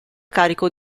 carico